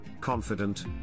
confident